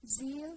Zeal